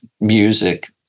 music